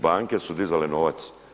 Banke su dizale novac.